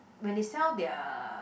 when they sell their